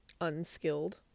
unskilled